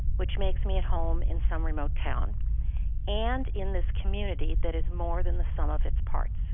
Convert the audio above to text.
which makes me at home in some remote town and in this community that is more than the sum of its parts.